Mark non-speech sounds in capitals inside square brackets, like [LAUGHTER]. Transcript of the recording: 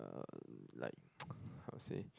uh like [NOISE] how to say